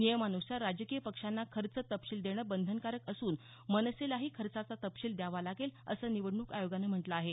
नियमानुसार राजकीय पक्षांना खर्च तपशील देणं बंधनकारक असून मनसेलाही खर्चाचा तपशील द्यावा लागेल असं निवडणूक आयोगानं म्हटलं आहे